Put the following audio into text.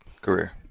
career